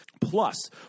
Plus